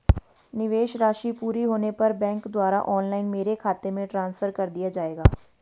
निवेश राशि पूरी होने पर बैंक द्वारा ऑनलाइन मेरे खाते में ट्रांसफर कर दिया जाएगा?